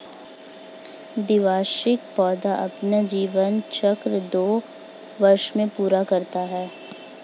द्विवार्षिक पौधे अपना जीवन चक्र दो वर्ष में पूरा करते है